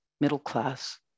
middle-class